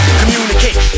communicate